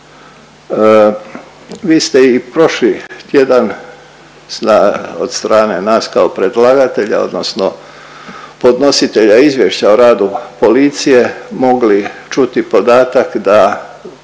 Vi ste i prošli tjedan od strane nas kao predlagatelja odnosno podnositelja izvješća o radu policije mogli čuti podatak da